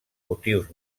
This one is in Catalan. motius